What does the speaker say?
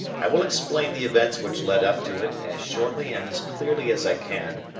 i will explain the events which led up to it as shortly and as clearly as i can,